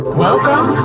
Welcome